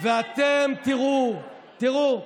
ואתם תראו, תראו.